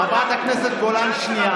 חבר הכנסת אמסלם,